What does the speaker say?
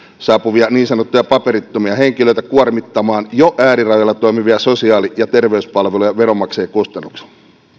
saapuvia niin sanottuja paperittomia henkilöitä kuormittamaan jo äärirajoilla toimivia sosiaali ja terveyspalveluja veronmaksajien kustannuksella